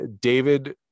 David